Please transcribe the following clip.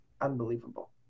unbelievable